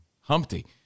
Humpty